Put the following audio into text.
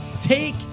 take